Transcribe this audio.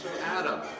Adam